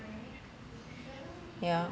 ya